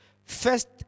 First